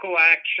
action